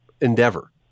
endeavor